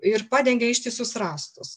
ir padengia ištisus rąstus